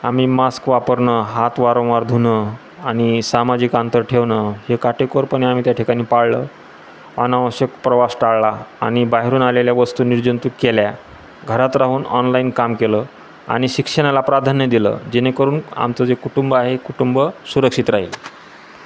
आम्ही मास्क वापरणं हात वारंवार धुणं आणि सामाजिक अंतर ठेवणं हे काटेकोरपणे आम्ही त्या ठिकाणी पाळलं अनावश्यक प्रवास टाळला आणि बाहेरून आलेल्या वस्तू निर्जंतूक केल्या घरात राहून ऑनलाईन काम केलं आणि शिक्षणाला प्राधान्य दिलं जेणेकरून आमचं जे कुटुंब आहे हे कुटुंब सुरक्षित राहील